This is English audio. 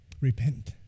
repent